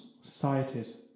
societies